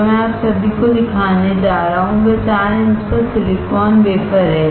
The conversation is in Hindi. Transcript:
जो मैं आप सभी को दिखाने जा रहा हूं वह 4 इंच का सिलिकॉन वेफर है